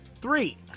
Three